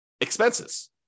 expenses